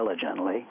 diligently